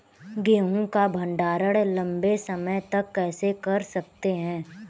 गेहूँ का भण्डारण लंबे समय तक कैसे कर सकते हैं?